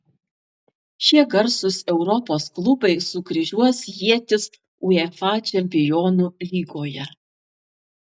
šie garsūs europos klubai sukryžiuos ietis uefa čempionų lygoje